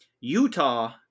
Utah